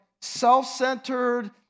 self-centered